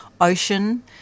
Ocean